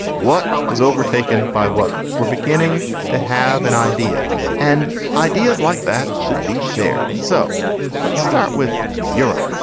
what was overtaken by what? we're beginning to have an idea and ideas like that should be shared. and so let's start with europe,